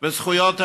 וזכויות האזרח: